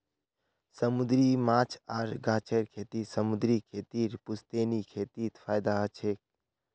समूंदरी माछ आर गाछेर खेती समूंदरी खेतीर पुश्तैनी खेतीत फयदा छेक